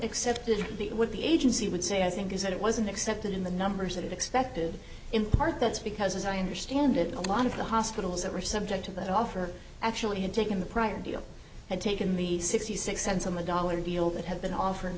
accepted it would be agency would say i think is that it wasn't accepted in the numbers that it expected in part that's because as i understand it a lot of the hospitals that were subject to that offer actually had taken the prior deal had taken the sixty six cents on the dollar deal that had been offered